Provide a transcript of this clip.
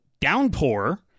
downpour